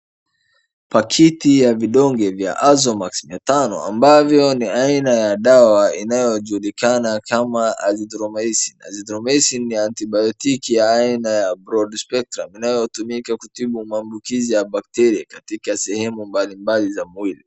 Pakiti ya vidonge vya Azomax mia tanao amabvyo ni aina ya dawa inayojulikana kama Azithromycin. Azithromycin ni anti-baotiki ya aina ya Broad specrum inayotumika kutibu maambukizi ya bakteria katika sehemu mbalimbali za mwili.